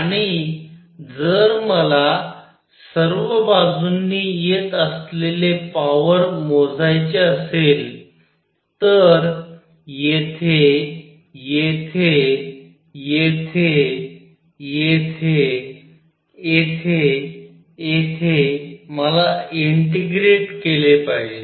आणि जर मला सर्व बाजूंनी येत असलेले पॉवर मोजायचे असेल तर येथे येथे येथे येथे येथे येथे येथे मला इंटिग्रेट केले पाहिजे